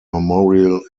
memorial